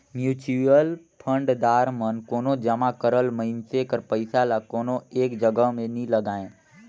mutual fund दार मन कोनो जमा करल मइनसे कर पइसा ल कोनो एक जगहा में नी लगांए